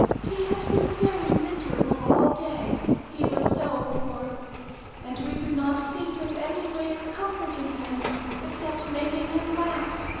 he had been very miserable all day, he was so poor and we could not think of any way of comforting him except making him laugh.